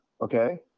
okay